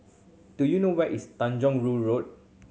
do you know where is Tanjong Rhu Road